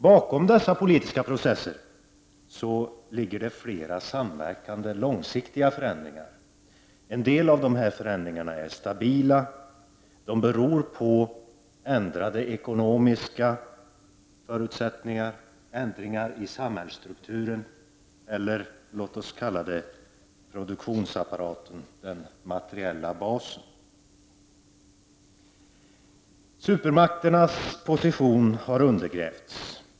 Bakom dessa politiska processer ligger flera samverkande långsiktiga förändringar. En del av de förä ringarna är stabila. De beror på ändrade ekonomiska förutsättningar, ändringar i samhällsstrukturen eller låt oss kalla det produktionsapparaten, den materiella basen. Supermakternas position har undergrävts.